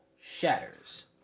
shatters